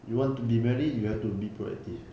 you want to be married you have to be proactive